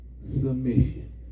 submission